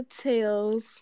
Tails